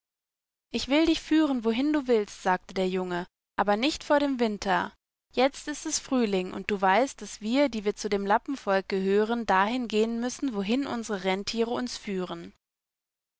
ich will dich führen wohin du willst sagte der junge aber nicht vor dem winter jetzt ist es frühling und du weißt daß wir die wir zu dem lappenvolk gehören dahin gehen müssen wohinunsererentiereunsführen das